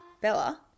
Bella